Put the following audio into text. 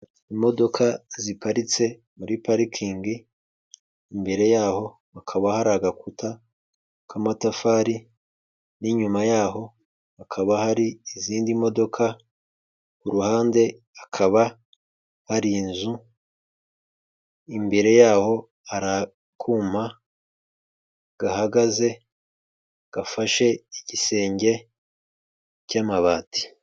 Imodoka ziparitse muri parikingi imbere yaho hakaba hari agakuta k'amatafari n'inyuma yaho hakaba hari izindi modoka kuruhande hakaba hari inzu imbere yaho hari akuma gahagaze gafashe igisenge cy'amabati.